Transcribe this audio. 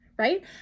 right